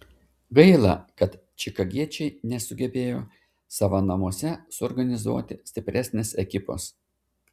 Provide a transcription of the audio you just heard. gaila kad čikagiečiai nesugebėjo savo namuose suorganizuoti stipresnės ekipos